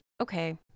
Okay